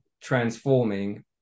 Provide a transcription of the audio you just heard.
transforming